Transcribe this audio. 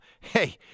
hey